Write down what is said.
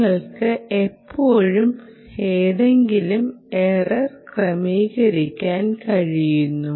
നിങ്ങൾ എപ്പോഴും ഏതെങ്കിലും എറർ ക്രമീകരിക്കാൻ ശ്രമിക്കുന്നു